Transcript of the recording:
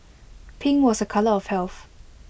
pink was A colour of health